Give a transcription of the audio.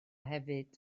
hefyd